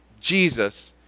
Jesus